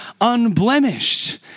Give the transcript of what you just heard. unblemished